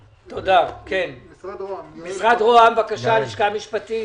משרד ראש הממשלה, הלשכה המשפטית.